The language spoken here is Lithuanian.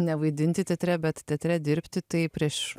nevaidinti teatre bet teatre dirbti tai prieš